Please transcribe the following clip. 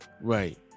Right